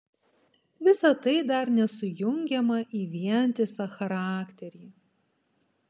visa tai dar nesujungiama į vientisą charakterį